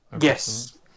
Yes